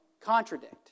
Contradict